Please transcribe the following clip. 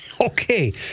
Okay